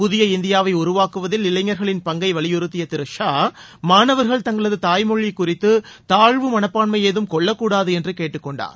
புதிய இந்தியாவை உருவாக்குவதில் இளைஞரகளின் பங்கை வலியறுத்திய திரு ஷா மாணவர்கள் தங்களது தாய்மொழி குறித்து தாழ்வு மனப்பான்மை ஏதும் கொள்ளக்கூடாது என்று கேட்டுக்கொண்டார்